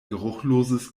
geruchloses